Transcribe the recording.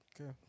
Okay